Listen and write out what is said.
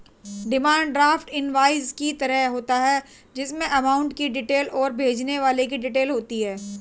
demand draft invoice की तरह होता है जिसमे अमाउंट की डिटेल और भेजने वाले की डिटेल होती है